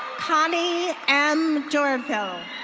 connie m dorville.